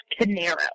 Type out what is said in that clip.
Canaro